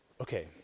Okay